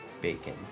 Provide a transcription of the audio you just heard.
Bacon